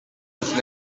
als